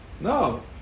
No